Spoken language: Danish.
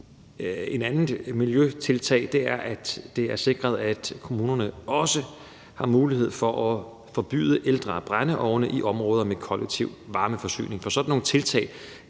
at det er sikret, at kommunerne også har mulighed for at forbyde ældre brændeovne i områder med kollektiv varmeforsyning.